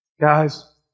Guys